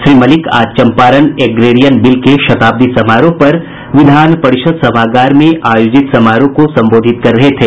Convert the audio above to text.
श्री मलिक आज Champaran agrarian bill के शताब्दी समारोह पर विधान परिषद् सभागार में आयोजित समारोह को संबोधित कर रहे थे